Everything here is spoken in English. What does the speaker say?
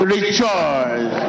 Rejoice